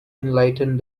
enlightened